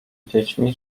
dziećmi